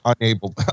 unable